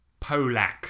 Polak